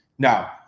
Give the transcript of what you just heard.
now